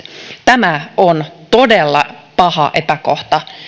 tämä on todella paha epäkohta